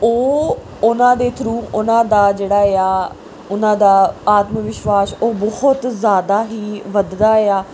ਉਹ ਉਹਨਾਂ ਦੇ ਥਰੂ ਉਹਨਾਂ ਦਾ ਜਿਹੜਾ ਆ ਉਹਨਾਂ ਦਾ ਆਤਮ ਵਿਸ਼ਵਾਸ ਉਹ ਬਹੁਤ ਜ਼ਿਆਦਾ ਹੀ ਵਧਦਾ ਆ